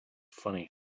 funny